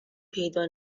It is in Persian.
پیدا